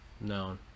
No